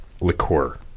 liqueur